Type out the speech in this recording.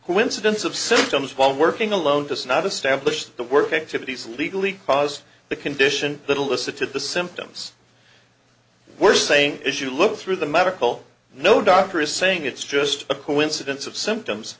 who incidence of symptoms while working alone does not a stamp pushed the work activities legally cause the condition little listen to the symptoms we're saying as you look through the medical no doctor is saying it's just a coincidence of symptoms